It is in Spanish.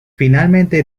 finalmente